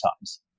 times